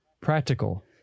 practical